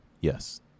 Yes